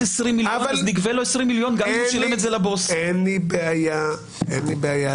להוכיח שהגיע אליו לפני שמונה שנים או שהגיע אליו באופן כשר.